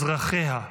אזרחיה,